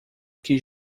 que